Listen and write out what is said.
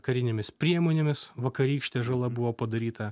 karinėmis priemonėmis vakarykštė žala buvo padaryta